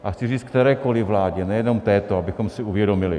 A chci říct kterékoli vládě, nejenom této, abychom si uvědomili.